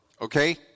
okay